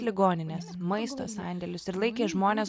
ligoninės maisto sandėlius ir laikė žmones